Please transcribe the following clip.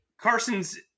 Carson's